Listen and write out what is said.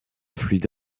fluide